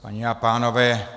Paní a pánové.